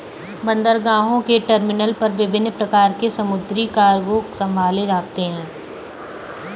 बंदरगाहों के टर्मिनल पर विभिन्न प्रकार के समुद्री कार्गो संभाले जाते हैं